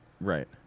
Right